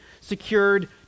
secured